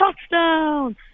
touchdown